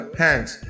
hands